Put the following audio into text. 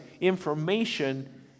information